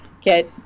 get